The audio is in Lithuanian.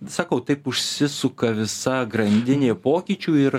sakau taip užsisuka visa grandinė pokyčių ir